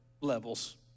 levels